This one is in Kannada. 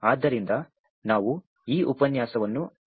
ಆದ್ದರಿಂದ ನಾವು ಈ ಉಪನ್ಯಾಸವನ್ನು ಆರಂಭಿಸೋಣ